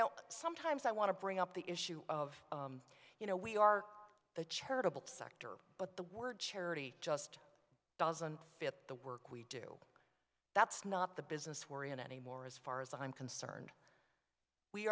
know sometimes i want to bring up the issue of you know we are the charitable sector but the word charity just doesn't fit the work we do that's not the business we're in anymore as far as i'm concerned we